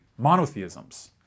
monotheisms